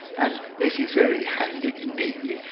and this is very handy indeed.